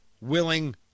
willing